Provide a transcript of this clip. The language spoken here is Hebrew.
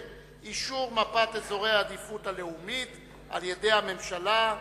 אישור מפת אזורי העדיפות הלאומית על-ידי הממשלה.